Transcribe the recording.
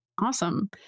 Awesome